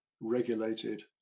regulated